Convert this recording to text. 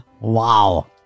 Wow